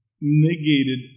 negated